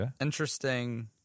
interesting